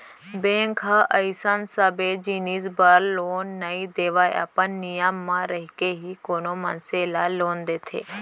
bank ह अइसन सबे जिनिस बर लोन नइ देवय अपन नियम म रहिके ही कोनो मनसे ल लोन देथे